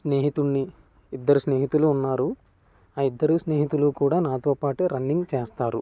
స్నేహితుడ్ని ఇద్దరు స్నేహితులు ఉన్నారు ఆ ఇద్దరు స్నేహితులు కూడా నాతో పాటు రన్నింగ్ చేస్తారు